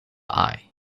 eye